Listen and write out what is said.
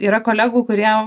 yra kolegų kurie